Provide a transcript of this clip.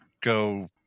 go